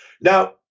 Now